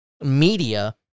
media